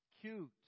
cute